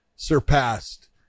Surpassed